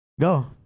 Go